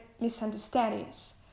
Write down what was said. misunderstandings